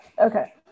okay